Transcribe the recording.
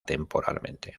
temporalmente